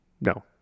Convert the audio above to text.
No